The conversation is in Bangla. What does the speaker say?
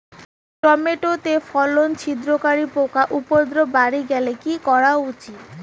টমেটো তে ফল ছিদ্রকারী পোকা উপদ্রব বাড়ি গেলে কি করা উচিৎ?